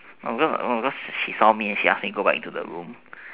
because because she saw me she ask me go back to the room